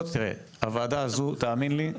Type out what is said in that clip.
הוועדה הזו, תאמין לי,